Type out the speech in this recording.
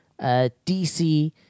DC